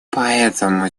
поэтому